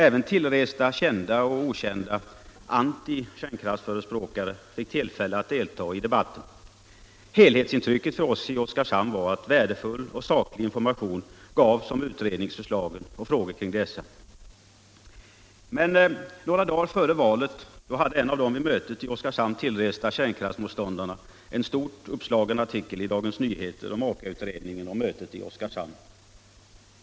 Även tillresta kända och okända anti-kärnkraftsförespråkare fick tillfälle att delta i debatten. Helhetsintrycket för oss i Oskarshamn var att värdefull och saklig information gavs om utredningsförslagen och frågor kring dessa. Men några dagar före valet hade en av de till mötet i Oskarshamn tillresta kärnkraftsmotståndarna en stort uppslagen artikel i Dagens Nyheter om Aka-utredningen och mötet i Oskarshamn.